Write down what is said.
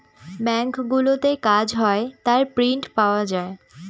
ব্যাঙ্কগুলোতে কাজ হয় তার প্রিন্ট পাওয়া যায়